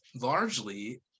largely